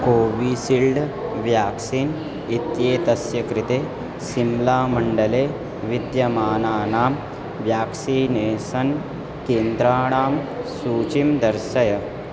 Covishield vaccine इत्येतस्य कृते सिम्लामण्डले विद्यमानानां व्याक्सीनेसन् केन्द्राणां सूचिं दर्शय